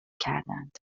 کردند